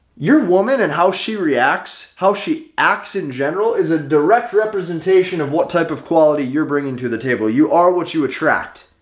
your woman and how she reacts, how she acts in general is a direct representation of what type of quality you're bringing to the table you are what you attract,